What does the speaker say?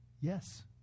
yes